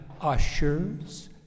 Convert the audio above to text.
ushers